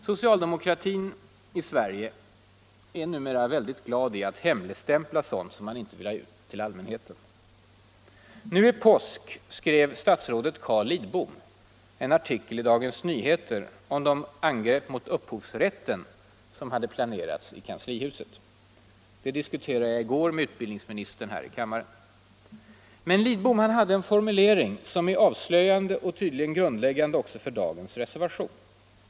Socialdemokratin i Sverige är numera väldigt glad i att hemligstämpla sådant som man inte vill ha ut till allmänheten. Denna påsk skrev statsrådet Carl Lidbom en artikel i Dagens Nyheter om de angrepp mot upphovsrätten som hade planerats i kanslihuset. Den saken diskuterade jag i går med utbildningsministern här i kammaren. Men Lidbom använde en formulering som är avslöjande och tydligen grundläggande också för dagens reservation.